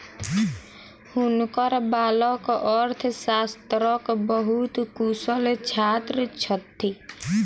हुनकर बालक अर्थशास्त्रक बहुत कुशल छात्र छथि